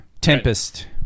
Tempest